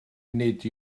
nid